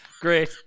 great